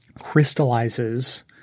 crystallizes